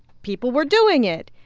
people were doing it.